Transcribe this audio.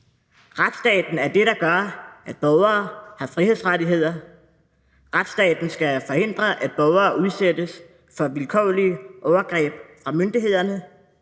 Retsstaten er det, der gør, at borgere har frihedsrettigheder. Retsstaten skal forhindre, at borgere udsættes for vilkårlige overgreb fra myndighederne;